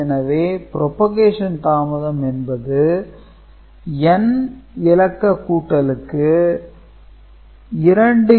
எனவே புரபோகேசன் தாமதம் என்பது n இலக்க கூட்டலுக்கு 2n டவூ என்பது ஆகும்